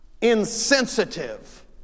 insensitive